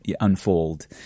unfold